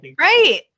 right